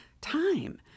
time